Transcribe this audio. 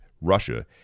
Russia